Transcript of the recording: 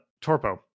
Torpo